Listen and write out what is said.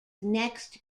next